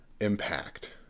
impact